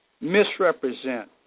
misrepresent